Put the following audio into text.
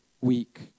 week